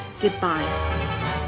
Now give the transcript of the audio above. goodbye